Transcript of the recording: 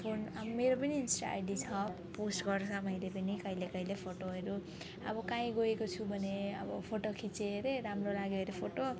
phone अब मेरो पनि इन्स्टा आइडी छ पोस्ट गर्छु मैले पनि कहिले कहिले फोटोहरू अब काहीँ गएको छु भने अब फोटो खिचेँ अरे राम्रो लाग्यो अरे फोटो